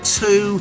two